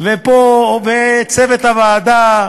וצוות הוועדה,